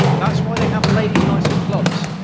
that's why they have ladies nights at clubs.